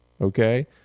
okay